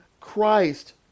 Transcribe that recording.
Christ